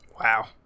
Wow